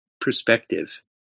perspective